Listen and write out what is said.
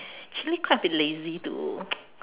actually quite a bit lazy to